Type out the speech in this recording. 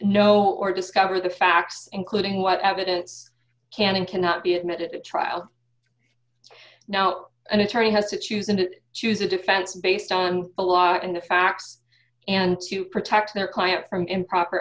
know or discover the facts including what evidence can and cannot be admitted at trial now an attorney has to choose and choose a defense based on the law and the facts and to protect their client from improper